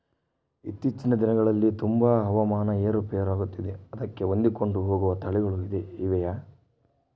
ಇತ್ತೇಚಿನ ದಿನಗಳಲ್ಲಿ ತುಂಬಾ ಹವಾಮಾನ ಏರು ಪೇರು ಆಗುತ್ತಿದೆ ಅದಕ್ಕೆ ಹೊಂದಿಕೊಂಡು ಹೋಗುವ ತಳಿಗಳು ಇವೆಯಾ?